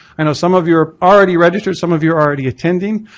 i know some of you are already registered, some of you are already attending,